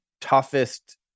toughest